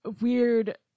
weird